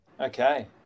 Okay